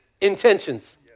intentions